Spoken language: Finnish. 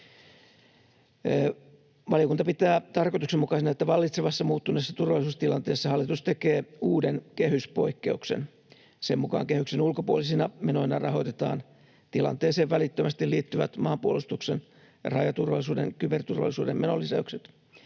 Valiokunta pitää tarkoituksenmukaisena, että vallitsevassa muuttuneessa turvallisuustilanteessa hallitus tekee uuden kehyspoikkeuksen. Sen mukaan kehyksen ulkopuolisina menoina rahoitetaan tilanteeseen välittömästi liittyvät maanpuolustuksen ja rajaturvallisuuden, kyberturvallisuuden menolisäykset